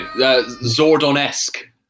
Zordon-esque